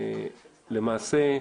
למעשה,